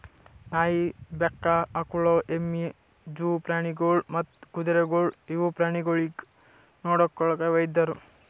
ನಾಯಿ, ಬೆಕ್ಕ, ಆಕುಳ, ಎಮ್ಮಿ, ಜೂ ಪ್ರಾಣಿಗೊಳ್ ಮತ್ತ್ ಕುದುರೆಗೊಳ್ ಇವು ಪ್ರಾಣಿಗೊಳಿಗ್ ನೊಡ್ಕೊಳೋ ವೈದ್ಯರು